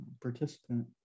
participant